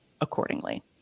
accordingly